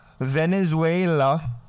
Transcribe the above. Venezuela